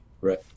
Right